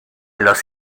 los